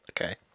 Okay